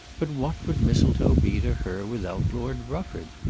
but what would mistletoe be to her without lord rufford?